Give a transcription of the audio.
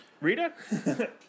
Rita